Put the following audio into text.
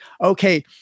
Okay